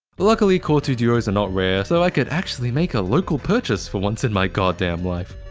luckily core two duos are not rare so i could actually make a local purchase for once in my god damn life.